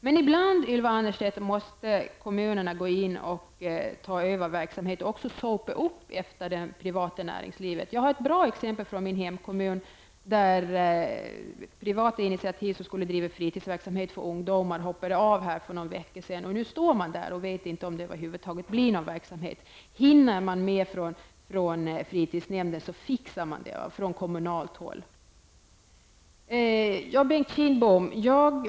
Men ibland, Ylva Annerstedt, måste kommunerna ta över verksamhet, och också sopa upp efter det privata näringslivet. Jag har ett bra exempel från min hemkommun. Privata initiativtagare som skulle bedriva fritidsverksamhet för ungdomar hoppade av för några veckor sedan, och nu står man där och vet inte om det överhuvud taget blir någon verksamhet. Hinner man från fritidsnämnden, från kommunalt håll, så fixar man det.